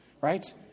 Right